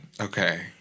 Okay